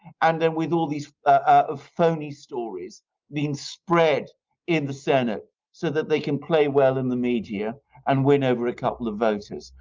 and then with all these ah phony stories being spread in the senate so that they can play well in the media and win over a couple of voters.